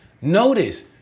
Notice